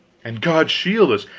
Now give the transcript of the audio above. and god shield us,